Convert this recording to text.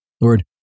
Lord